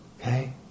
Okay